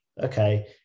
okay